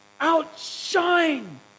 outshine